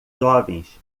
jovens